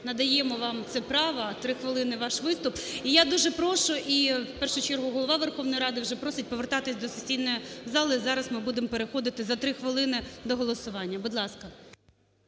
надаємо вам це право. Три хвилини ваш виступ. І я дуже прошу і в першу чергу Голова Верховної Ради вже просить повертатись до сесійної зали. Зараз ми будемо переходити за три хвилини до голосування. Будь ласка.